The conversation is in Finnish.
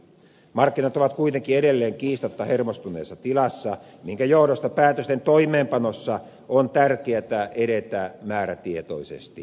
markkinat ovat kuitenkin edelleen kiistatta hermostuneessa tilassa minkä johdosta päätösten toimeenpanossa on tärkeätä edetä määrätietoisesti